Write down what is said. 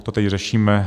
To teď řešíme.